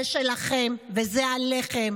זה שלכם וזה עליכם,